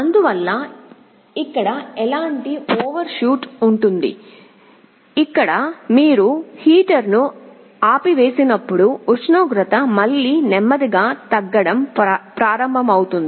అందువల్ల ఇక్కడ ఇలాంటి ఓవర్షూట్ ఉంటుంది ఇక్కడ మీరు హీటర్ను ఆపివేసినప్పుడు ఉష్ణోగ్రత మళ్లీ నెమ్మదిగా తగ్గడం ప్రారంభమవుతుంది